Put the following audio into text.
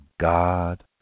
God